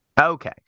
Okay